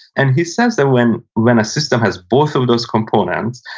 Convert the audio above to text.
and he says that when when a system has both of those components,